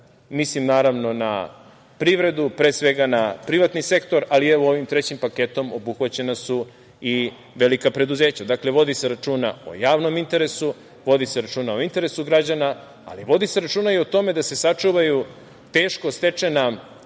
mislim na privredu, pre svega na privatni sektor, ali ovim trećim paketom obuhvaćena su i velika preduzeća. Dakle, vodi se računa o javnom interesu, vodi se računa o interesu građana, ali vodi se računa o tome da se sačuvaju teško stečena